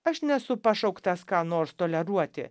aš nesu pašauktas ką nors toleruoti